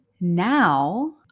now